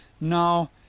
NO